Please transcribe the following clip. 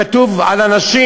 כתוב על הנשים: